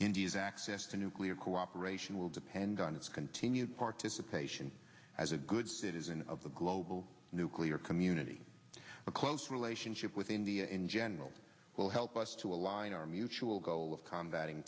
india's access to nuclear cooperation will depend on its continued participation as a good citizen of the global nuclear community to a close relationship with india in general will help us to align our mutual goal of co